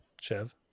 Chev